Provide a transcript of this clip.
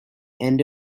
end